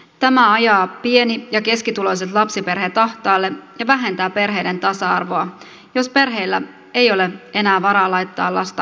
tämä ajaa pieni ja keskituloiset lapsiperheet ahtaalle ja vähentää perheiden tasa arvoa jos perheillä ei ole enää varaa laittaa lasta iltapäiväkerhoon